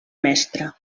mestre